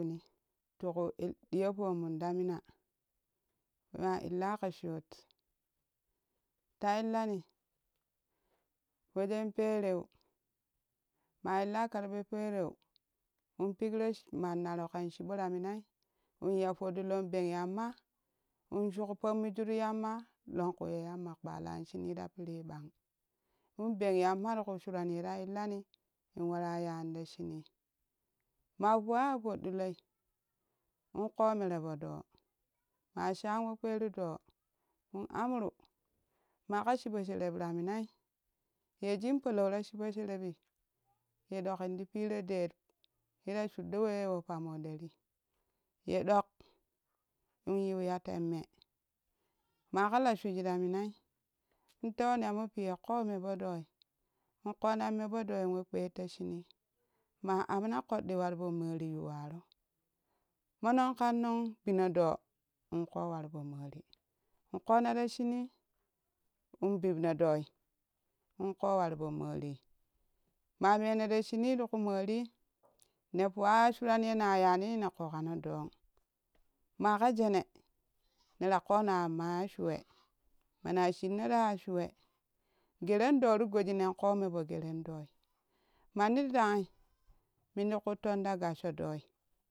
tiku ɗiyo poomun ta mina maa illa ka shoot ta illani wejen pereu maa illa karpe pereu in pekro mannaro ƙan chibora minai in ya todilon ɓeng yamma in shuk fommiju ti yamma lonku ye lamma ƙealan shuuninui ta piiri ɓang in ɓeng yamma riku shuran ye ra illani in wara yani ra shuni ma fuwa ya toɗɗiloi inƙoo meree foodoo ma shaa we kperu doo in amru maka chiɓoshereb ra minai ye jin follow ra shiɓo sherebbi ye ɗoƙin ti piro ɗet yera shuɗɗo we ye fo pammo ɗera ye ɗoƙ inyiu ya temme maƙala shujii ta minai intewo yamo piye ƙoo mee poo dooi in ko nan me foodoi we kpet ta shunii ma amma ƙodɗi warfo moori yowa roo mo nang kan nong binodee in ko war poo mori in ƙona ra shuunii in bibno doi in koo war poo moorii ma mena ra shuni tiku morii ne tuwa ya shuran yena yani ne ƙokano doong maa ƙa tene nera kona amma ya shuwe mana shinnora ya shuwe geren doo ri goji new ƙoo me to geren dooi manni daranghi min ti kuttan ta gassho dooi